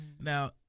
Now